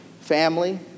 family